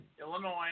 Illinois